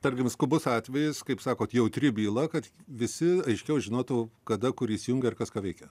tarkim skubus atvejis kaip sakot jautri byla kad visi aiškiau žinotų kada kur įsijungia ir kas ką veikia